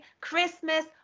Christmas